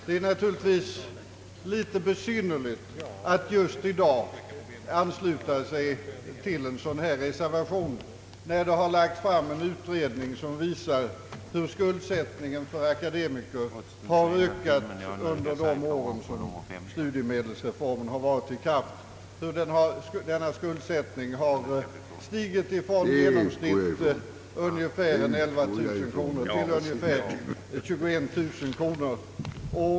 Det är naturligtvis litet besynnerligt att just i dag ansluta sig till en reservation som denna när det lagts fram en utredning som visar hur skuldsättningen för akademiker ökat under de år som studiemedelsreformen varit i kraft. Denna skuldsättning har stigit från i genomsnitt ungefär 11000 kronor till ungefär 21 000 kronor.